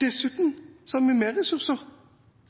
Dessuten har vi mer ressurser.